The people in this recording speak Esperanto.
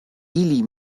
ili